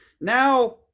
now